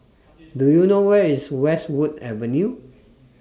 Do YOU know Where IS Westwood Avenue